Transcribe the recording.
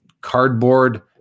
cardboard